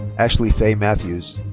ashley fay matthews.